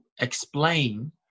explain